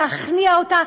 להכניע אותה.